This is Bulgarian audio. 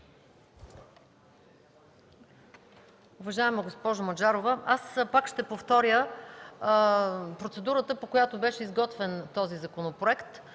Уважаема госпожо Маджарова, пак ще повтаря процедурата, по която беше изготвен този законопроект.